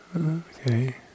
Okay